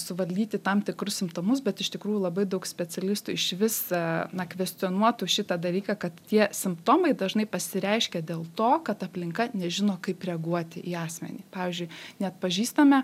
suvaldyti tam tikrus simptomus bet iš tikrųjų labai daug specialistų iš vis na kvestionuotų šitą dalyką kad tie simptomai dažnai pasireiškia dėl to kad aplinka nežino kaip reaguoti į asmenį pavyzdžiui neatpažįstame